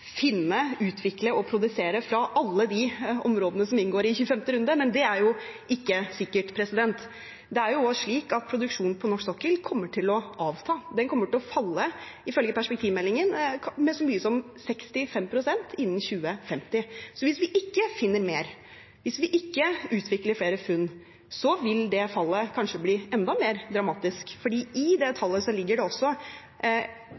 finne, utvikle og produsere fra alle de områdene som inngår i 25. runde, men det er jo ikke sikkert. Det er jo også slik at produksjonen på norsk sokkel kommer til å avta. Den kommer ifølge perspektivmeldingen til å falle med så mye som 65 pst. innen 2050. Så hvis vi ikke finner mer, hvis vi ikke utvikler flere funn, vil det fallet kanskje bli enda mer dramatisk, fordi i det